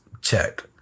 check